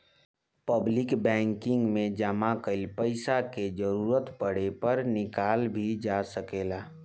public banking में जामा कईल पइसा के जरूरत पड़े पर निकालल भी जा सकेला